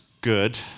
good